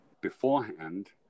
beforehand